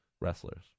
wrestlers